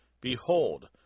Behold